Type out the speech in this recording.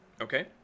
Okay